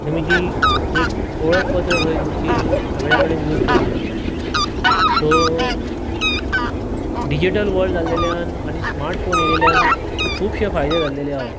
तुमी ती एक वळख पत्र कही तुमची सगळ्या कडेन यूज करुंक शकता सो हें डिजीटल वर्ल्ड जाल्ल्यान आनी स्मार्टफोन येल्ल्यान खुबशे फायदे जाल्लेले आहा